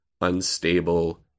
unstable